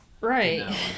Right